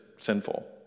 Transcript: sinful